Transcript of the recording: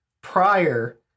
prior